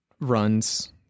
runs